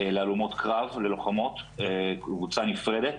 להלומות קרב, ללוחמות, קבוצה נפרדת.